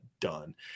done